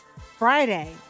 Friday